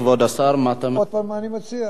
כבוד השר, מה, עוד הפעם, מה אני מציע?